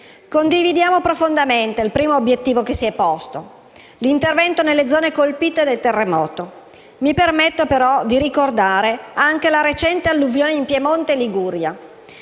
Condividiamo profondamente il primo obiettivo che si è posto: l'intervento nelle zone colpite dal terremoto. Mi permetto, però, di ricordare anche la recente alluvione in Piemonte e Liguria.